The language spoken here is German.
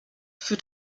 für